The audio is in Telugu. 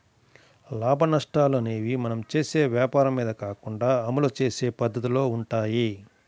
లాభనష్టాలు అనేయ్యి మనం చేసే వ్వాపారం మీద కాకుండా అమలు చేసే పద్దతిలో వుంటయ్యి